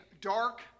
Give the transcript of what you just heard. dark